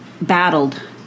battled